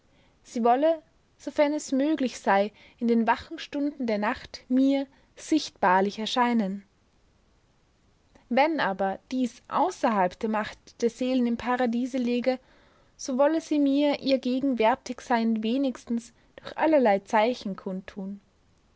sie wolle sofern es möglich sei in den wachen stunden der nacht mir sichtbarlich erscheinen wenn aber dies außerhalb der macht der seelen im paradiese läge so wolle sie mir ihr gegenwärtigsein wenigstens durch allerlei zeichen kund